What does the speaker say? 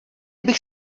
bych